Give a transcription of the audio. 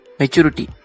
maturity